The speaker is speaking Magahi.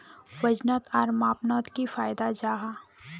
वजन आर मापनोत की फायदा जाहा?